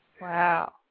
Wow